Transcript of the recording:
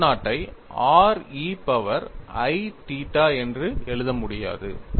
z0 I r e power i என்று எழுத முடியாது